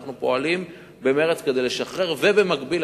ואנחנו פועלים במרץ כדי לשחרר ובמקביל,